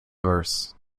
verse